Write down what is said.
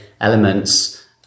elements